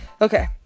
Okay